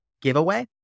giveaway